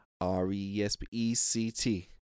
R-E-S-P-E-C-T